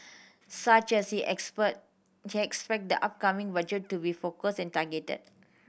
such as he expert he expect the upcoming budget to be focused and targeted